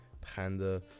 Panda